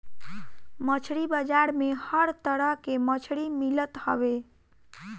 मछरी बाजार में हर तरह के मछरी मिलत हवे